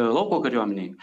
lauko kariuomenei